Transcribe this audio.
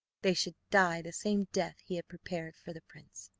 they should die the same death he had prepared for the prince.